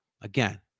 again